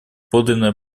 подлинное